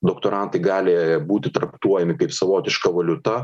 doktorantai gali būti traktuojami kaip savotiška valiuta